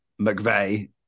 mcveigh